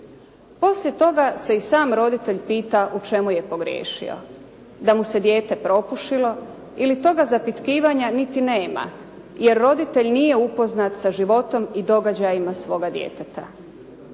Poslije toga se i sam roditelj pita, u čemu je pogriješio, da mu se dijete propušilo ili toga zapitkivanja niti nema, jer roditelj nije upoznat sa životom i događajima svoga djeteta.